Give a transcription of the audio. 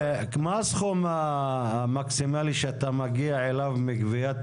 מה הסכום המקסימלי שאתה מגיע אליו מגביית